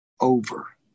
over